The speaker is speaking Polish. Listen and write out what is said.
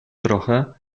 trochę